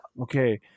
Okay